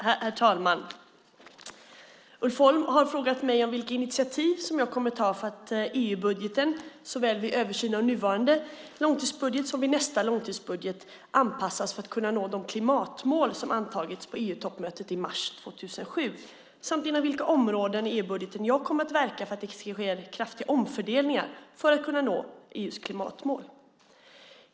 Herr talman! Ulf Holm har frågat mig vilka initiativ jag kommer att ta för att EU-budgeten, såväl vid översynen av nuvarande långtidsbudget som vid nästa långtidsbudget, anpassas för att kunna nå de klimatmål som antagits på EU-toppmötet i mars 2007 samt inom vilka områden i EU-budgeten jag kommer att verka för att det sker kraftiga omfördelningar för att kunna nå EU:s klimatmål.